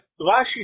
Rashi